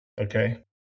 Okay